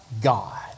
God